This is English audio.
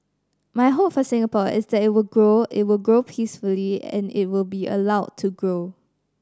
my hope for Singapore is that it will grow it will grow peacefully and it will be allowed to grow